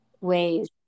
ways